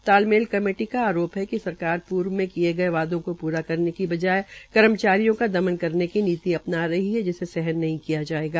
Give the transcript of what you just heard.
तालमेल कमेटी का आरोप है कि सरकार पूर्व में किये गये वादों को पूरा करे की बजाय कर्मचारियों का दमन करने की नीति अपना रही है जिसे सहन नहीं किया जायेगा